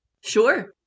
Sure